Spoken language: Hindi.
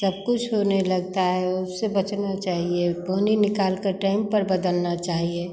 सब कुछ होने लगता है उससे बचना चाहिए पानी निकालकर टाइम पर बदलना चाहिए